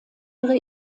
ihre